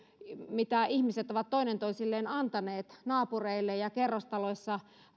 mitä ihmiset ovat antaneet toinen toisilleen naapureille ja kerrostaloissa